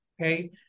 Okay